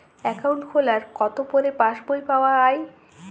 Account খোলার কতো পরে পাস বই পাওয়া য়ায়?